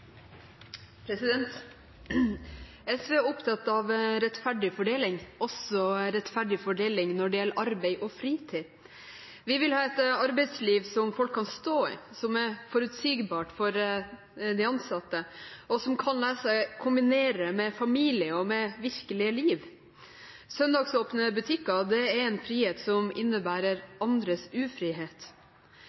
opptatt av rettferdig fordeling, også når det gjelder arbeid og fritid. Vi vil ha et arbeidsliv som folk kan stå i, som er forutsigbart for de ansatte, og som kan la seg kombinere med familie og et virkelig liv. Søndagsåpne butikker er en frihet som innebærer andres ufrihet.